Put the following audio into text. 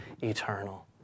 eternal